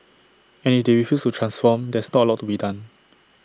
and if they refuse to transform there's not A lot to be done